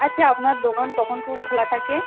আচ্ছা আপনার দোকান কখন কখন খোলা থাকে